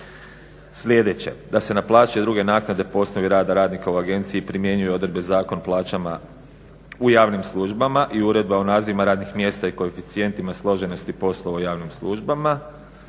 sljedeće: da se naplaćuju i druge naknade po osnovi rada radnika u agenciji primjenjuje odredbe zakona plaćama u javnim službama i uredba o nazivima radnih mjesta i koeficijentima složenosti poslova u javnim službama.